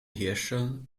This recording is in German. herrscher